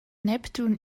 neptun